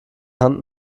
hand